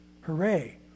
Hooray